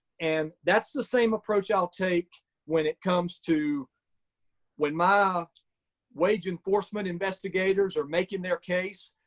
and that's the same approach i'll take when it comes to when my wage enforcement investigators are making their case.